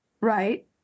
right